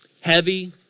heavy